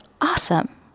awesome